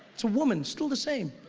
it's a woman, still the same.